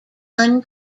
gun